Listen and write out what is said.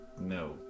No